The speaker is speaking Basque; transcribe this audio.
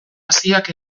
haziak